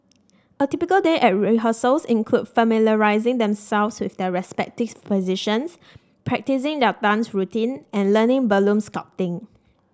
a typical day at rehearsals includes familiarising themselves with their respective positions practising their dance routine and learning balloon sculpting